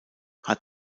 hat